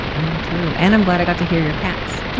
i am, too, and i'm glad i got to hear your cats.